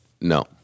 No